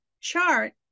chart